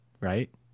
Right